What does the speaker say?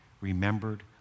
remembered